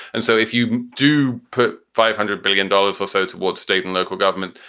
and so if you do put five hundred billion dollars or so toward state and local government,